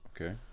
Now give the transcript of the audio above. Okay